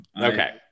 Okay